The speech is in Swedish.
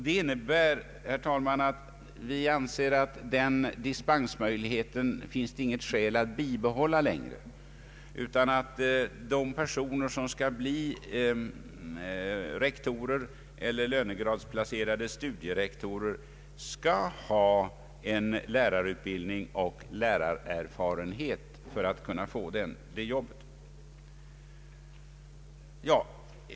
Det innebär, herr talman, att vi inte finner något skäl att bibehålla den dispensmöjligheten. De personer som vill bli rektorer eller lönegradsplacerade studierektorer skall ha lärarutbildning och lärarerfarenhet för att kunna få tjänsten.